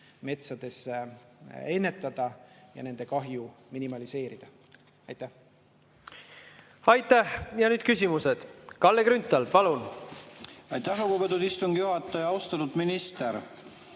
metsades ennetada ja nende kahju minimeerida. Aitäh! Aitäh! Ja nüüd küsimused. Kalle Grünthal, palun! Aitäh, lugupeetud istungi juhataja! Austatud minister!